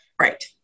Right